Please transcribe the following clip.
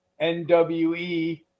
nwe